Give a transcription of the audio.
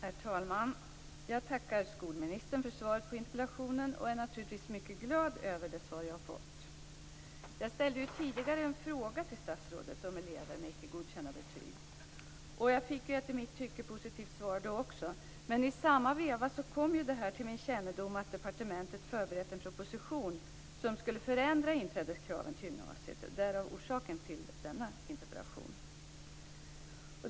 Herr talman! Jag tackar skolministern för svaret på interpellationen och är naturligtvis mycket glad över det svar jag har fått. Jag ställde ju tidigare en fråga till statsrådet om elever med icke godkända betyg och fick ett i mitt tycke bra svar då också. Men i samma veva kom det till min kännedom att departementet förberett en proposition som skulle förändra inträdeskraven till gymnasiet, och det är orsaken till denna interpellation.